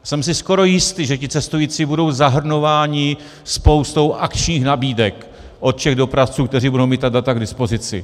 Jsem si skoro jistý, že ti cestující budou zahrnováni spoustou akčních nabídek od všech dopravců, kteří budou mít ta data k dispozici.